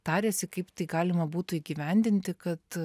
tariasi kaip tai galima būtų įgyvendinti kad